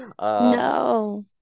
no